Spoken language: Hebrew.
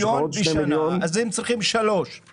יש גם